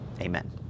amen